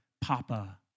papa